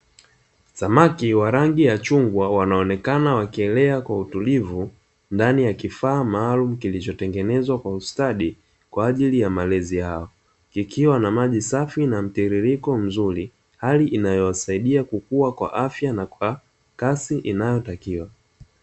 Samaki wa rangi ya chungwa wanaonekana wakielea kwa utulivu ndani ya kifaa maalumu kilichotengenezwa kwa ustadi kwa ajili ya malezi yao, kikiwa na maji safi na mtiririko mzuri hali inayowasaidia kukua kwa afya na kwa kasi inayotakiwa.